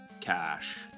Cash